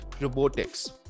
robotics